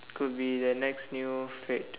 could be the next new fad